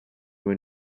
when